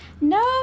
No